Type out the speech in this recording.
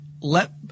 let